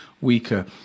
weaker